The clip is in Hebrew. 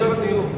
ב-25 מיליון שקל.